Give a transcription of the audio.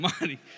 money